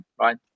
right